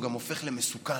הוא גם הופך למסוכן.